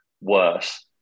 worse